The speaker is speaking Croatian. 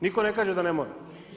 Nitko ne kaže da ne mora.